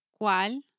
¿Cuál